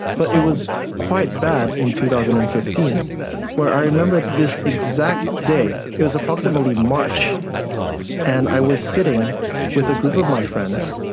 but it was quite bad in two thousand and fifteen where i remember this exact day, it was approximately march and i was sitting with a group of my friends,